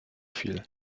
viel